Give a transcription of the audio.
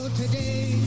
today